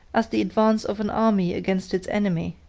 as the advance of an army against its enemy.